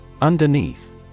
Underneath